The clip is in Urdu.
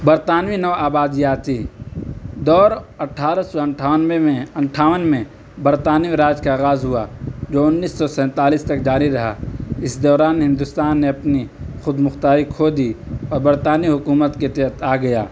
برطانوی نو آبادیاتی دور اٹھارہ سو اٹھانوے میں اٹھاون میں برطانوی راج کا آغاز ہوا جو انیس سو سینتالیس تک جاری رہا اس دوران ہندوستان نے اپنی خود مختاری کھو دی اور برطانوی حکومت کے تحت آ گیا